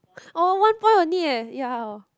oh one point only eh ya orh